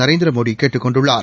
நரேந்திரமோடிகேட்டுக் கொண்டுள்ளார்